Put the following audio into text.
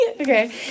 okay